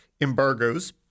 embargoes